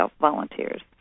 volunteers